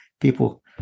people